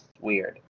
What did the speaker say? Weird